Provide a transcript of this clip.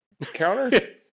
counter